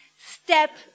Step